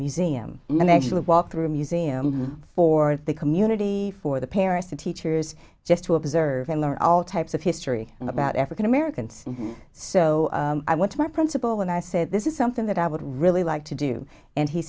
museum and actually walk through a museum for the community for the parents to teachers just to observe and learn all types of history about african americans so i went to my principal and i said this is something that i would really like to do and he